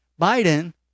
Biden